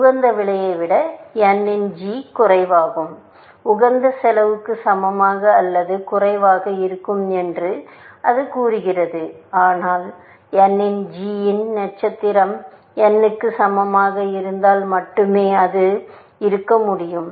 உகந்த விலையை விட n இன் g குறைவாகவும் உகந்த செலவுக்கு சமமாக அல்லது குறைவாக இருக்கும் என்று அது கூறுகிறது ஆனால் n இன் g இன் நட்சத்திரத்தின் n க்கு சமமாக இருந்தால் மட்டுமே அது இருக்க முடியும்